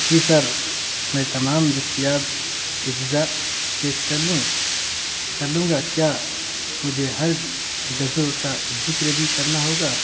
جی sir میں تمام دستیاب اجزا چیک کر لوں کر لوں گا کیا مجھے ہر اجزا کا ذکر بھی کرنا ہوگا